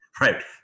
Right